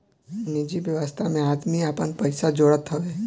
निजि व्यवस्था में आदमी आपन पइसा जोड़त हवे